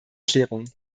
klärung